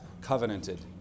covenanted